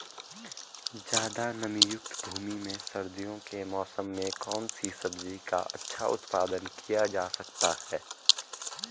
ज़्यादा नमीयुक्त भूमि में सर्दियों के मौसम में कौन सी सब्जी का अच्छा उत्पादन किया जा सकता है?